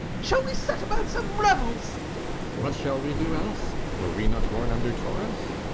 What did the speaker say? shall we set about some revels what shall we do else? were we not born under taurus?